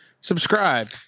subscribe